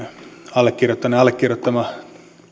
allekirjoittaneen allekirjoittama